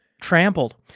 trampled